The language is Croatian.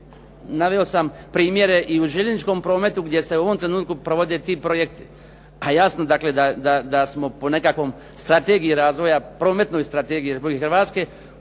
naveo sam primjere i u željezničkom prometu gdje se u ovom trenutku provode ti projekti. A jasno dakle, da smo po nekakvoj strategiji razvoja, prometnoj strategiji Republike Hrvatske gro